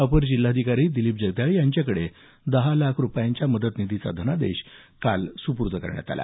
अपर जिल्हाधिकारी दिलीप जगदाळे यांच्याकडे हा दहा लाख रूपयांचा मदत निधीचा धनादेश काल सुपूर्द करण्यात आला